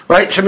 Right